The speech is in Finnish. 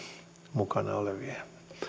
mukana olevien